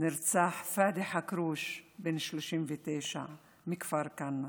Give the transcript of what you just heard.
נרצח פאדי חכרוש, בן 39 מכפר כנא.